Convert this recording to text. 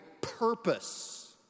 purpose